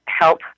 help